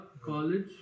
College